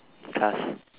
in class